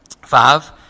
five